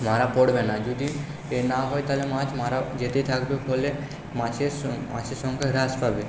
মারা পড়বে না যদি এ না হয় তাহলে মাছ মারা যেতেই থাকবে ফলে মাছের মাছের সংখ্যা হ্রাস পাবে